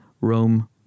Rome